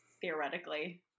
theoretically